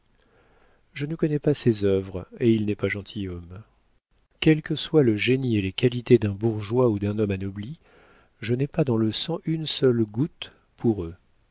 je ne connais pas ses œuvres et il n'est pas gentilhomme quels que soient le génie et les qualités d'un bourgeois ou d'un homme anobli je n'ai pas dans le sang une seule goutte pour eux